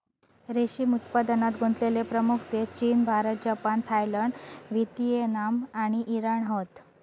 रेशीम उत्पादनात गुंतलेले प्रमुख देश चीन, भारत, जपान, थायलंड, व्हिएतनाम आणि इराण हत